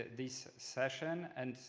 this session and say,